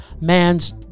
man's